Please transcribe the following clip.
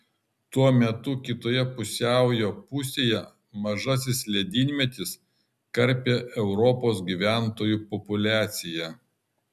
tuo metu kitoje pusiaujo pusėje mažasis ledynmetis karpė europos gyventojų populiaciją